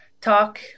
Talk